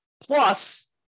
Plus